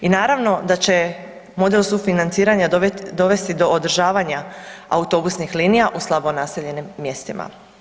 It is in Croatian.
I naravno da će model sufinanciranja dovesti do održavanja autobusnih linija u slabo naseljenim mjestima.